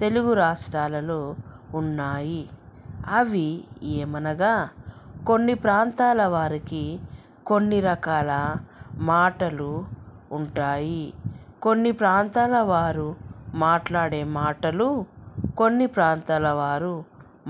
తెలుగు రాష్ట్రాలలో ఉన్నాయి అవి ఏమి అనగా కొన్ని ప్రాంతాల వారికి కొన్ని రకాల మాటలు ఉంటాయి కొన్ని ప్రాంతాల వారు మాట్లాడే మాటలు కొన్ని ప్రాంతాల వారు